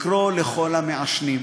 לקרוא לכל המעשנים,